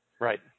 Right